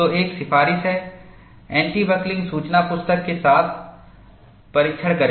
तो एक सिफारिश है एंटी बकलिंग सूचना पुस्तक के साथ परीक्षण करें